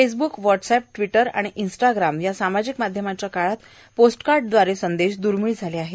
Facebook WhatsApp Twitter आणि Instagram या सामाजिक माध्यमाच्या काळात पोस्ट कार्डादवारे संदेश द्रर्मिळ झाले आहे